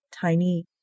tiny